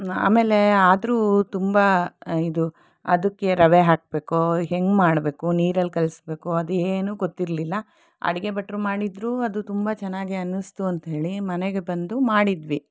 ಆಮೇಲೆ ಆದರೂ ತುಂಬ ಇದು ಅದಕ್ಕೆ ರವೆ ಹಾಕ್ಬೇಕು ಹೇಗೆ ಮಾಡಬೇಕು ನೀರನ್ನು ಕಲಸ್ಬೇಕು ಅದು ಏನು ಗೊತ್ತಿರಲಿಲ್ಲ ಅಡುಗೆ ಭಟ್ಟರು ಮಾಡಿದ್ರು ಅದು ತುಂಬ ಚೆನ್ನಾಗಿ ಅನ್ನಿಸ್ತು ಅಂತ ಹೇಳಿ ಮನೆಗೆ ಬಂದು ಮಾಡಿದ್ವಿ